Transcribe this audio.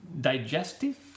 Digestive